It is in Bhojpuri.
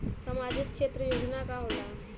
सामाजिक क्षेत्र योजना का होला?